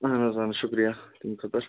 اہن حظ اہن حظ شُکریہ تَمہِ خٲطرٕ